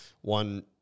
One